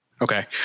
Okay